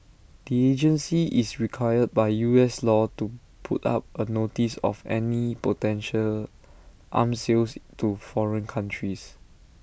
the agency is required by U S law to put up A notice of any potential arm sales to foreign countries